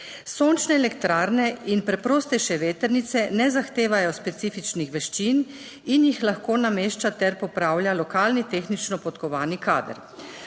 Sončne elektrarne in preprostejše vetrnice ne zahtevajo specifičnih veščin in jih lahko namešča ter popravlja lokalni tehnično podkovani kader.